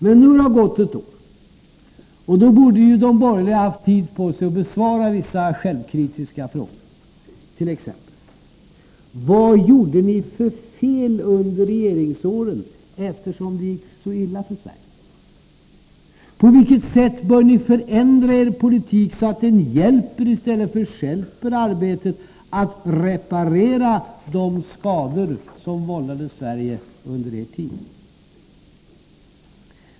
Men nu när det har gått ett år borde ni på den borgerliga sidan ha haft tid på er att besvara vissa självkritiska frågor, t.ex. när det gäller vad ni gjorde för fel under regeringsåren, eftersom det gick så illa för Sverige, och på vilket sätt ni bör förändra er politik så att den hjälper i stället för stjälper arbetet med att reparera de skador som vållades Sverige under er tid.